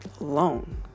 alone